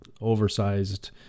oversized